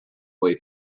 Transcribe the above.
way